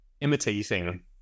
imitating